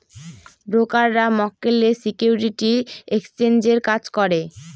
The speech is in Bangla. ব্রোকাররা মক্কেলের সিকিউরিটি এক্সচেঞ্জের কাজ করে